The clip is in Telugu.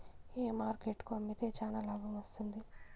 ఏ మార్కెట్ కు అమ్మితే చానా లాభం వస్తుంది?